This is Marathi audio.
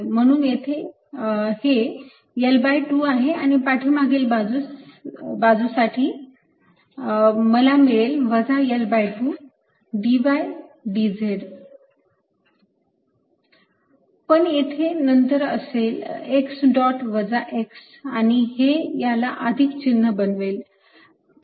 म्हणून येथे हे L2 आहे आणि पाठीमागील बाजूसाठी मला मिळेल वजा L2 dy dz पण येथे नंतर असेल x डॉट वजा x आणि हे याला अधिक चिन्ह बनवेल